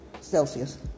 Celsius